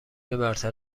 برتر